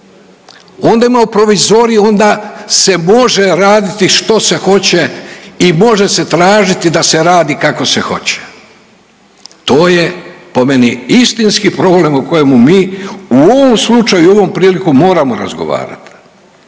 onda imamo provizorij, onda se može raditi što se hoće i može se tražiti da se radi kako se hoće to je po meni istinski problem o kojemu mi u ovom slučaju ovom prilikom moramo razgovarat.